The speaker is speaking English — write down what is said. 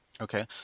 Okay